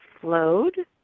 flowed